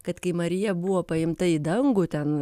kad kai marija buvo paimta į dangų ten